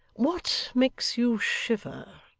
what makes you shiver